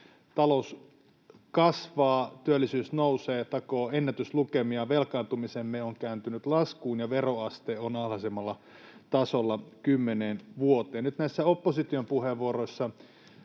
Talous kasvaa, työllisyys nousee ja takoo ennätyslukemia, velkaantumisemme on kääntynyt laskuun ja veroaste on alhaisimmalla tasolla kymmeneen vuoteen. Nyt näissä opposition puheenvuoroissa